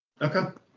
Okay